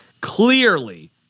Clearly